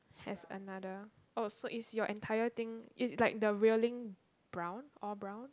has another oh so is your entire thing is like the railing brown all brown